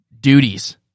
duties